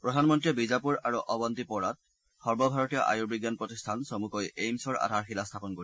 প্ৰধানমন্ত্ৰীয়ে বিজাপুৰ আৰু অৱস্তিপোৰাত সৰ্বভাৰতীয় আয়ুবিজ্ঞান প্ৰতিষ্ঠান চমুকৈ এইম্ছৰ আধাৰশিলা স্থাপন কৰিব